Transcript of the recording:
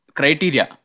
criteria